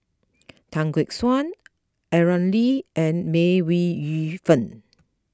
Tan Gek Suan Aaron Lee and May Yu Fen